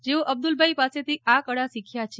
જેઓ અબ્દલ ભાઈ પાસેથી આ કળા શીખ્યા છે